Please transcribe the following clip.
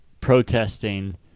protesting